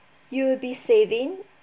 you'll be saving